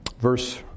verse